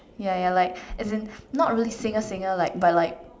ya ya like as in not really singer singer like but like